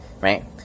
right